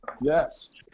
Yes